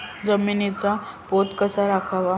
जमिनीचा पोत कसा राखावा?